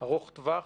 ארוך טווח.